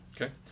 Okay